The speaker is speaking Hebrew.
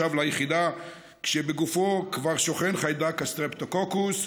שב ליחידה כשבגופו כבר שוכן חיידק הסטרופטוקוקוס,